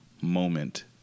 moment